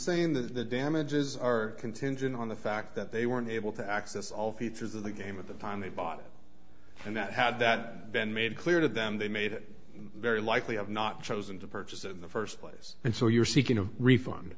saying that the damages are contingent on the fact that they weren't able to access all features of the game at the time they bought it and that had that been made clear to them they made it very likely have not chosen to purchase in the first place and so you're seeking a refund